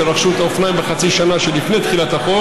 שרכשו את האופניים בחצי השנה שלפני תחילת החוק